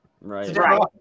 Right